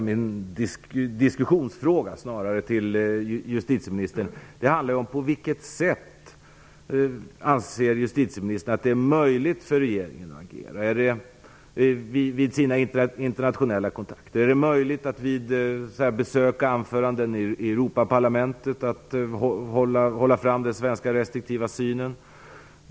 Min diskussionsfråga till justitieministern handlar om på vilket sätt hon anser att det är möjligt för regeringen att agera. Är det möjligt vid internationella kontakter? Är det möjligt att hålla fram den svenska restriktiva synen vid besök och anföranden i Europaparlamentet?